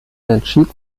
entschied